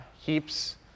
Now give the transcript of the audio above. Heaps